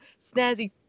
snazzy